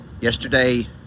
yesterday